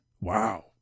Wow